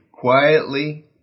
quietly